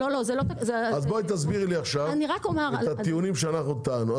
אז בואי תסבירי לי עכשיו את הטיעונים שאנחנו טענו.